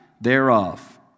thereof